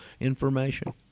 information